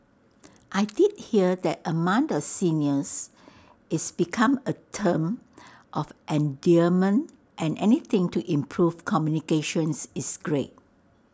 I did hear that among the seniors it's become A term of endearment and anything to improve communications is great